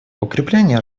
укрепление